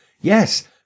Yes